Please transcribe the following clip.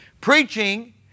Preaching